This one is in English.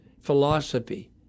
philosophy